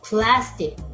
Plastic